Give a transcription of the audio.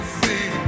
see